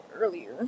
earlier